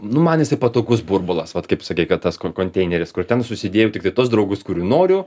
nu man jisai patogus burbulas vat kaip sakei kad tas konteineris kur ten susidėjau tikai tuos draugus kurių noriu